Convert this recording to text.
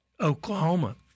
Oklahoma